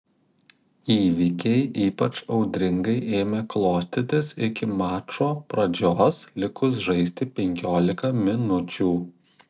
įvykiai ypač audringai ėmė klostytis iki mačo pradžios likus žaisti penkiolika minučių